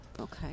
okay